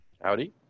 Howdy